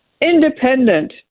independent